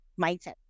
mindset